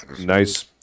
nice